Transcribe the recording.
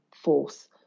force